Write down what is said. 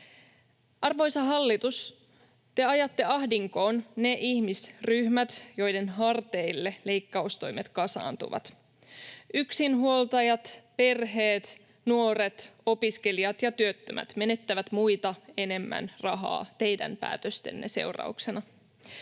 Arvoisa hallitus, te ajatte ahdinkoon ne ihmisryhmät, joiden harteille leikkaustoimet kasaantuvat. Yksinhuoltajat, perheet, nuoret, opiskelijat ja työttömät menettävät muita enemmän rahaa teidän päätöstenne seurauksena.